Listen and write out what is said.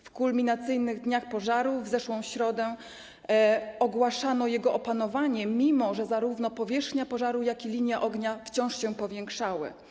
W kulminacyjnych dniach pożaru, w zeszłą środę, ogłaszano jego opanowanie, mimo że zarówno powierzchnia pożaru, jak i linia ognia wciąż się powiększały.